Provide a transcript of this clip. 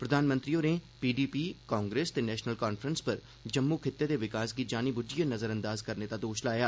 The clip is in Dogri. प्रधानमंत्री होरें पीडीपी कांग्रेस ते नैशनल कांफ्रैंस पर जम्मू खित्ते दे विकास गी जानीबूझिएं नज़रअंदाज करने दा दोष लाया